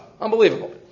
Unbelievable